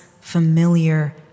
familiar